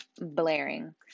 blaring